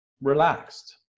relaxed